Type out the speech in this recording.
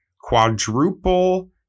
quadruple